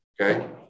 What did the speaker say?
Okay